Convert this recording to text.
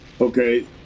Okay